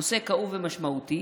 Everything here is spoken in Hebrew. נושא כאוב ומשמעותי.